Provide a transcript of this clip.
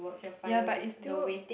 ya but it's still